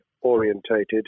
orientated